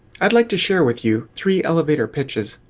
i'd like to share with you three elevator pitches.